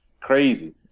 crazy